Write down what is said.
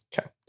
Okay